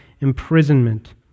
imprisonment